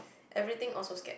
everything also scared